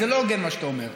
זה לא הוגן מה שאתה אומר.